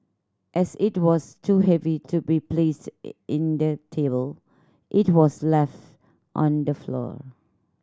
as it was too heavy to be placed in the table it was left on the floor